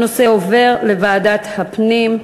הנושא עובר לוועדת הפנים.